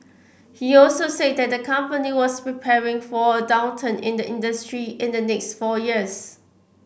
he also said that the company was preparing for a downturn in the industry in the next four years